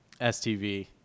STV